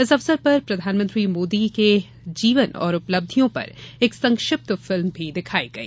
इस अवसर पर प्रधानमंत्री मोदी के जीवन और उपलब्धियों पर एक संक्षिप्त फिल्म भी दिखाई गई